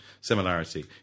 similarity